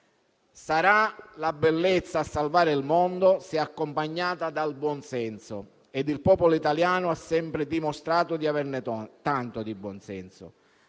Sarà la bellezza a salvare il mondo, se è accompagnata dal buon senso; e il popolo italiano ha sempre dimostrato di averne tanto di buon senso,